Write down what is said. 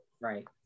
Right